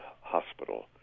Hospital